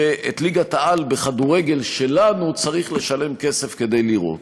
שעל ליגת-העל בכדורגל שלנו צריך לשלם כסף כדי לראות.